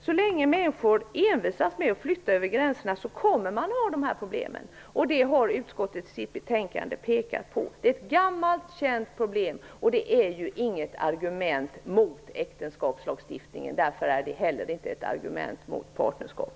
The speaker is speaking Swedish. Så länge människor envisas med att flytta över gränserna kommer vi att ha dessa problem. Det har utskottet pekat på i sitt betänkande. Det är ett gammalt känt problem. Det är inget argument mot äktenskapslagstiftning. Därför är det heller inte ett argument mot partnerskap.